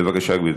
בבקשה, גברתי.